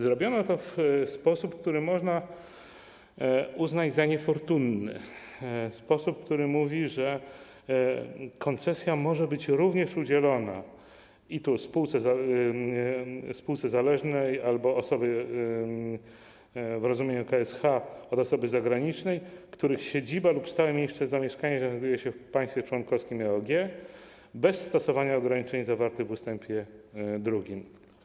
Zrobiono to w sposób, który można uznać za niefortunny, sposób, który mówi, że koncesja może być udzielona również spółce zależnej albo osobie w rozumieniu k.s.h., od osoby zagranicznej, których siedziba lub stałe miejsce zamieszkania znajduje się w państwie członkowskim EOG bez stosowania ograniczeń zawartych w ust. 2.